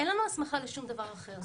אין לנו הסמכה לשום דבר אחר.